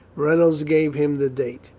rejmolds gave him the date.